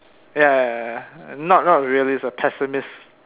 ya not not really a pessimist